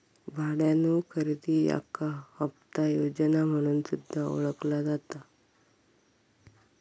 भाड्यानो खरेदी याका हप्ता योजना म्हणून सुद्धा ओळखला जाता